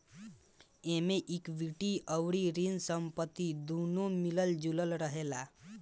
एमे इक्विटी अउरी ऋण संपत्ति दूनो मिलल जुलल रहेला